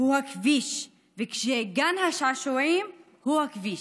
הוא הכביש, וכשגן השעשועים הוא הכביש.